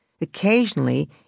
occasionally